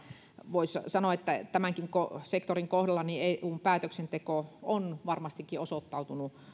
voisi sanoa että tämänkin sektorin kohdalla eun päätöksenteko on varmastikin osoittautunut